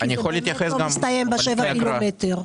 כי זה באמת לא מסתיים בשבעה קילומטר.